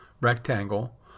rectangle